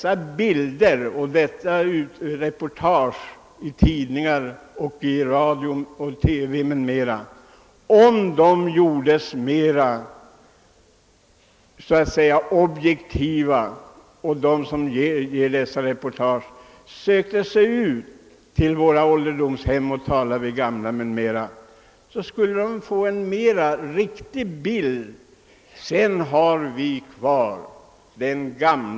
Bilder och reportage i tidningar, TV och radio m.m. skulle givetvis bli mer objektiva och rättvisande, om de som gör dessa reportage sökte sig ut på våra ålderdomshem och talade med de gamla. Vi skulle då få en riktigare skildring av förhållandena på ett modernt ålderdomshem.